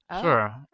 Sure